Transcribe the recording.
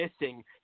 missing